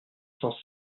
cent